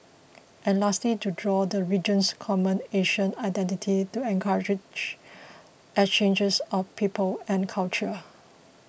and lastly to draw the region's common Asian identity to encourage exchanges of people and culture